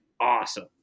awesome